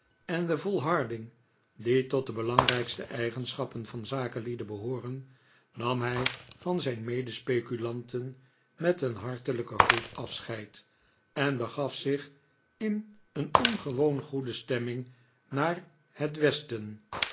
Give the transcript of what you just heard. en de volharding die tot de belangrijkste eigenschappen van zakenlieden behooren nam hij van zijn medespeculanten met een hartelijken groet afscheid en begaf zich in een ongewoon goede stemming naar het westen